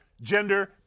gender